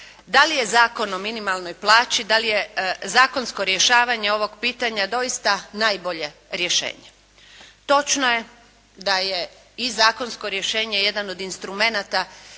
da li je Zakon o minimalnoj plaći, da li je zakonsko rješavanje ovog pitanja doista najbolje rješenje. Točno je da je i zakonsko rješenje jedan od instrumenata